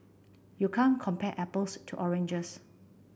you can't compare apples to oranges